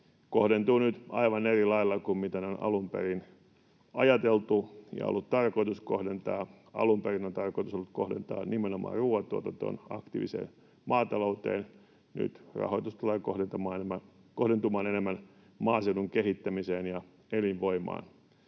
kohdentuvat nyt aivan eri lailla kuin on alun perin ajateltu ja on ollut tarkoitus kohdentaa. Alun perin on ollut tarkoitus kohdentaa nimenomaan ruoantuotantoon, aktiiviseen maatalouteen. Nyt rahoitus tulee kohdentumaan enemmän maaseudun kehittämiseen ja elinvoimaan.